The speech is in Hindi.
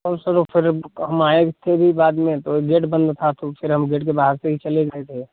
और सर ओ फिर हम आए थे भी बाद में तो गेट बंद था तो फिर हम गेट के बाहर से ही चले गए थे